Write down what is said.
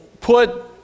put